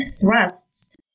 thrusts